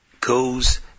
goes